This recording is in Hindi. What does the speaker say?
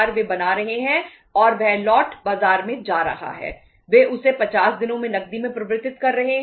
वे उसे 50 दिनों में नकदी में परिवर्तित कर रहे हैं